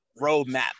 roadmap